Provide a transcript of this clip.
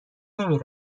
نمی